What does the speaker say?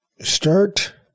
start